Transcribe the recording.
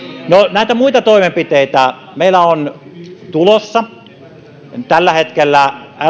näitä muita toimenpiteitä meillä on tulossa tällä hetkellä